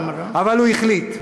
אבל הוא החליט.